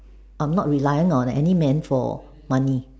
I'm not reliant on any men for money